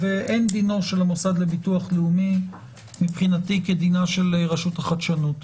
אין דינו של המוסד לביטוח לאומי כדינה של רשות החדשנות.